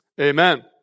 amen